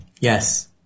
Yes